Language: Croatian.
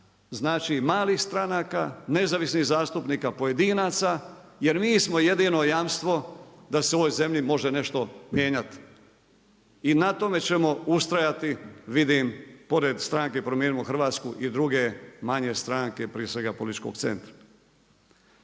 znači malih stranaka, nezavisnih zastupnika, pojedinaca jer mi smo jedino jamstvo da se u ovoj zemlji može nešto mijenjati. I na tome ćemo ustrajati vidim pored stranke Promijenimo Hrvatsku i druge manje stranke, prije svega Političkog centra.